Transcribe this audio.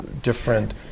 different